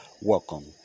welcome